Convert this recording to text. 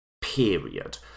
period